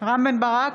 רם בן ברק,